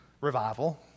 Revival